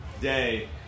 day